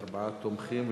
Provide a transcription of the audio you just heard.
וארבעה תומכים,